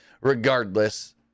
regardless